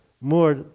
more